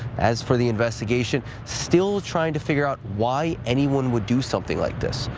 as for the investigation, still trying to figure out why anyone would do something like this.